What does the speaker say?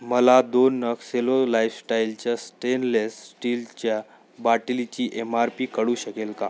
मला दोन नग सेलो लायस्टाईलच्या स्टेनलेस स्टीलच्या बाटलीची एम आर पी कळू शकेल का